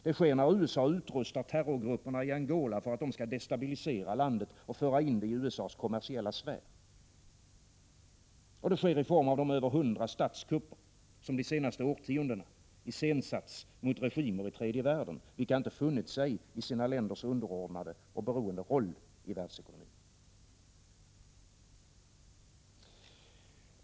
Det sker när USA utrustar terrorgrupperna i Angola för att de skall destabilisera landet och föra in det i USA:s kommersiella sfär. Det sker i form av de över hundra statskupper som de senaste årtiondena iscensatts mot regimer i tredje världen, vilka inte funnit sig i sina länders underordnade och beroende roll i världsekonomin.